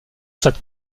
cette